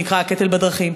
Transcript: שנקרא הקטל בדרכים.